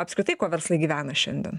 apskritai kuo verslai gyvena šiandien